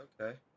okay